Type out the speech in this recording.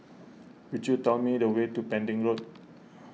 could you tell me the way to Pending Road